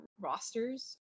rosters